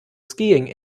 skiing